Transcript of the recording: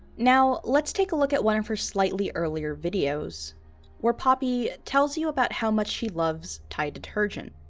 now, let's take a look at one of her slightly earlier videos where poppy tells you about how much she loves tide detergent.